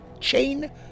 chain